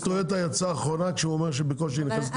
טויוטה יצאה אחרונה כשהוא אומר שבקושי נכנס למדד?